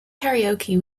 karaoke